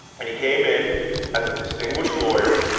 and he came in as a distinguished lawyer,